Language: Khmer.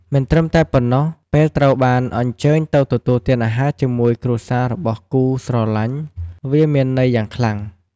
មិនត្រឹមតែប៉ុណ្ណោះ ពេលត្រូវបានអញ្ជើញទៅទទួលទានអាហារជាមួយគ្រួសាររបស់គូស្រលាញ់ វាមានន័យយ៉ាងខ្លាំង។